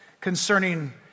concerning